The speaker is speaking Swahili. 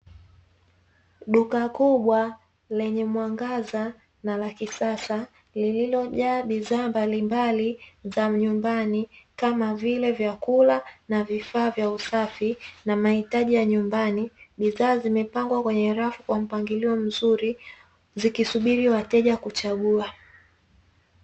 Duka kubwa lenye mwangaza na la kisasa lililojaa bidhaa mbalimbali za nyumbani kama vile: vyakula na vifaa vya usafi na mahitaji ya nyumbani, bidhaa zimepangwa kwenye rafu kwa mpangilio mzuri zikisubiri wateja kuchagua.